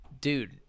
dude